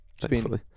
Thankfully